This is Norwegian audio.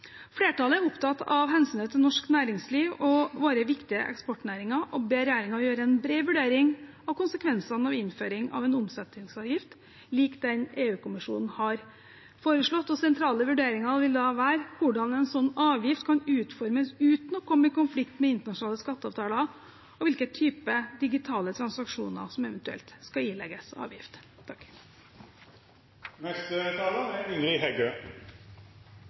Flertallet er opptatt av hensynet til norsk næringsliv og våre viktige eksportnæringer og ber regjeringen gjøre en bred vurdering av konsekvensene av innføring av en omsetningsavgift lik den EU-kommisjonen har foreslått. Sentrale vurderinger vil da være hvordan en slik avgift kan utformes uten å komme i konflikt med internasjonale skatteavtaler, og hvilke typer digitale transaksjoner som eventuelt skal ilegges avgift.